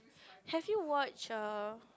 have you watch err